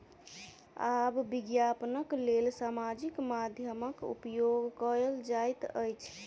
आब विज्ञापनक लेल सामाजिक माध्यमक उपयोग कयल जाइत अछि